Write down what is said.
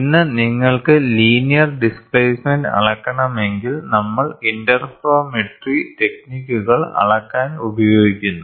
ഇന്ന് നിങ്ങൾക്ക് linear displacement അളക്കണമെങ്കിൽ നമ്മൾ ഇന്റർഫെറോമെട്രി ടെക്നിക്കുകൾ അളക്കാൻ ഉപയോഗിക്കുന്നു